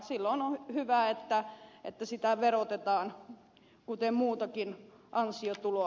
silloin on hyvä että sitä verotetaan kuten muutakin ansiotuloa